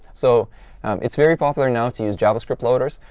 so it's very popular now to use javascript loaders.